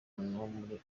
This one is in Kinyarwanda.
muri